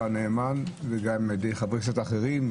הנאמן וגם על ידי חברי כנסת אחרים.